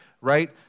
right